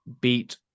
beat